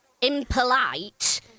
impolite